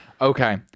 Okay